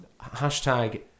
Hashtag